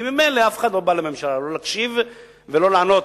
כי ממילא אף אחד לא בא מהממשלה: לא להקשיב ולא לענות.